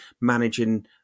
managing